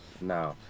No